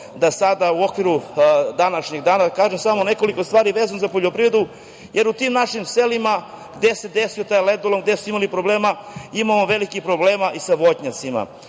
da sada u okviru današnjeg dana kažem samo nekoliko stvari vezano za poljoprivredu, jer u tim našim selima gde se desio taj ledolom, gde smo imali problema, imamo veliki problema i sa voćnjacima.